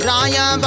Raya